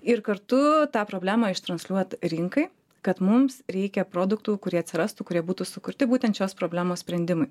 ir kartu tą problemą ištransliuot rinkai kad mums reikia produktų kurie atsirastų kurie būtų sukurti būtent šios problemos sprendimui